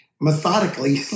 methodically